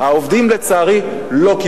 אשמח לתת לך את הפירוט.